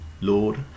lord